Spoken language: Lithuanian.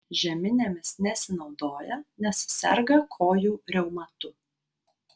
žeminėmis nesinaudoja nes serga kojų reumatu